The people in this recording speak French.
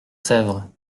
sèvre